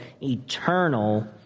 eternal